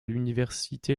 l’université